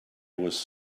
was